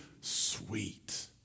sweet